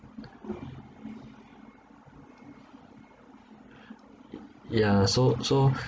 yeah so so